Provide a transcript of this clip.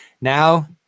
now